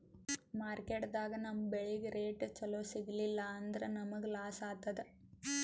ಮಾರ್ಕೆಟ್ದಾಗ್ ನಮ್ ಬೆಳಿಗ್ ರೇಟ್ ಚೊಲೋ ಸಿಗಲಿಲ್ಲ ಅಂದ್ರ ನಮಗ ಲಾಸ್ ಆತದ್